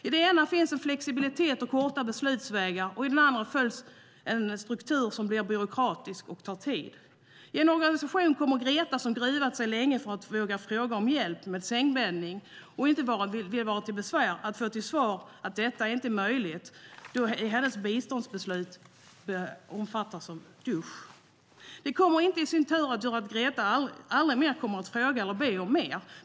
I den ena finns det flexibilitet och korta beslutsvägar, och i den andra följs en struktur som blir byråkratisk och tar tid. I den ena organisationen kommer Greta, som gruvat sig länge för att våga fråga om hjälp med sängbäddning och inte vill vara till besvär, att få till svar att detta inte är möjligt då hennes biståndsbeslut inte omfattar detta. Det kommer i sin tur att göra att Greta aldrig mer kommer att våga be om detta.